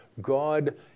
God